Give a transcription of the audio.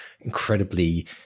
incredibly